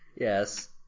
Yes